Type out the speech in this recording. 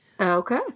Okay